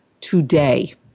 today